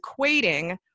equating